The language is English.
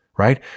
right